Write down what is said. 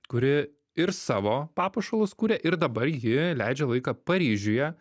kuri ir savo papuošalus kuria ir dabar ji leidžia laiką paryžiuje